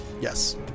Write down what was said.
Yes